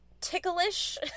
ticklish